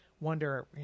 wonder